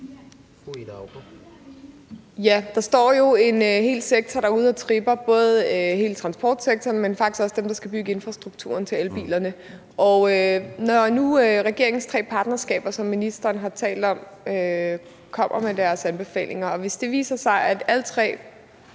Der står jo en hel sektor derude og tripper, både hele transportsektoren, men faktisk også dem, der skal bygge infrastrukturen til elbilerne. Og når nu regeringens tre partnerskaber, som ministeren har talt om, kommer med deres anbefalinger, og hvis det viser sig, at alle tre